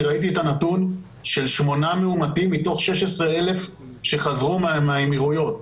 אני ראיתי את הנתון של שמונה מאומתים מתוך 16,000 שחזרו מהאמירויות.